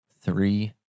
Three